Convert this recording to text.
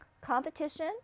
competition